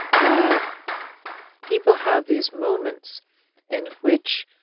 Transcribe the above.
that people have these moments in which,